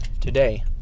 Today